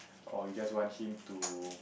or you just want him to